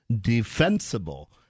defensible